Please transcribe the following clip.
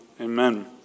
Amen